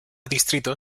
distrito